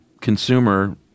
consumer